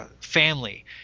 Family